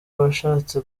abashatse